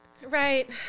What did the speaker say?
Right